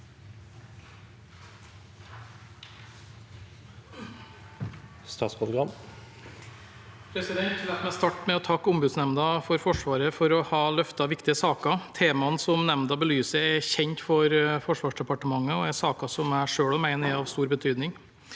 Arild Gram La meg starte med å takke Ombudsnemnda for Forsvaret for å ha løftet viktige saker. Temaene som nemnda belyser, er kjent for Forsvarsdepartementet og er saker som jeg selv også mener er av stor betydning.